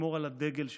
לשמור על הדגל שלנו,